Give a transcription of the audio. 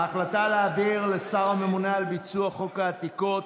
ההחלטה להעביר לשר הממונה על ביצוע חוק העתיקות,